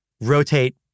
rotate